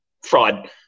fraud